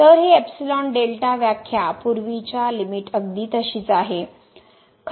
तर ही epsilon delta व्याख्या पूर्वीच्या लिमिट अगदी तशीच आहे